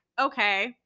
okay